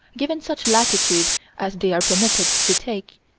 given such latitude as they are permitted to take,